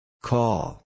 Call